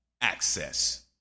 access